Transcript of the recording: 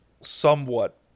somewhat